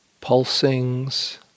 pulsings